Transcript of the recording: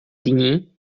dni